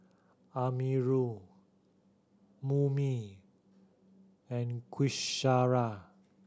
Amirul Murni and Qaisara